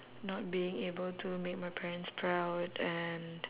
not being able to make my parents proud and